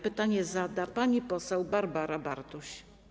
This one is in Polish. Pytanie zada pani poseł Barbara Bartuś.